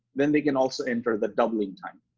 then they can also enter the doubling time,